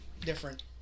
different